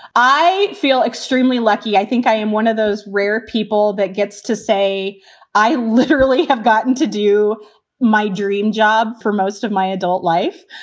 i feel extremely lucky i think i am one of those rare people that gets to say i literally have gotten to do my dream job for most of my adult life.